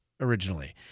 originally